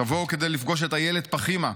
תבואו כדי לפגוש את איילת פחימה,